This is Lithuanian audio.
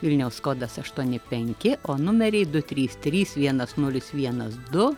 vilniaus kodas aštuoni penki o numeriai du trys trys vienas nulis vienas du